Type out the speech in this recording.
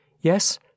Yes